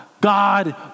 God